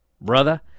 brother